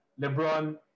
Lebron